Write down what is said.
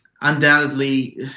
undoubtedly